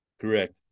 correct